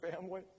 family